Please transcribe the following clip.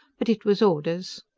but it was orders.